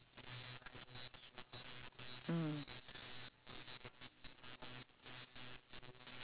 but that tepak sireh a few years so long time ago it's very ni~ and the dessert